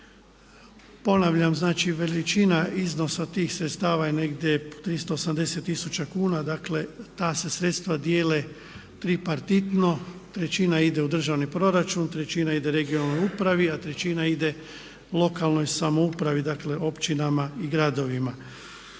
Ponavljam, znači veličina iznosa tih sredstava je negdje 380 tisuća kuna, dakle ta se sredstva dijele tripartitno, trećina ide u državni proračun, trećina ide regionalnoj upravi a trećina ide lokalnoj samoupravi dakle općinama i gradovima.